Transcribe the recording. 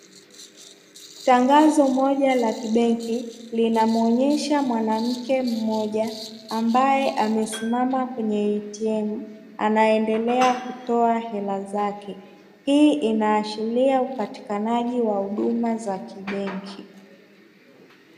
Tangazo moja la kibenki linamwonyesha mwanamke mmoja ambaye amesimama kwenye "ATM" anaendelea kutoa hela zake, hii inaashiria upatikanaji wa huduma za kibenki.